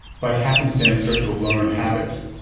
by happenstance, start to learn habits.